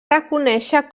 reconèixer